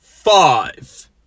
Five